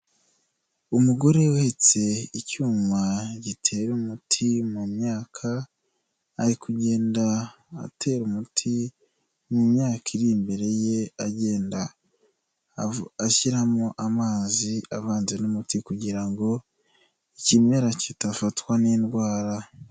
Umugore wihetse icyuma gitera umuti mu myaka, ari kugenda atera umuti mu myaka iri imbere ye agenda ashyiramo amazi avanze n'umuti kugira ngo ikimera kitafatwa n'indwara.